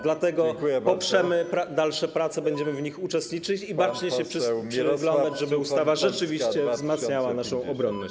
Dlatego poprzemy dalsze prace, będziemy w nich uczestniczyć i bacznie się przyglądać, żeby ustawa rzeczywiście wzmacniała naszą obronność.